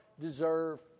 deserve